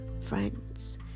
friends